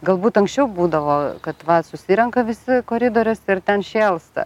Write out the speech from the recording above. galbūt anksčiau būdavo kad va susirenka visi koridoriuose ir ten šėlsta